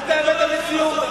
אל תעוות את המציאות.